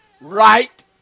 right